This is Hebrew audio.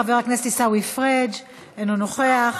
חבר הכנסת עיסאווי פריג' אינו נוכח,